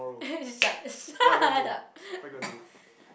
shut shut up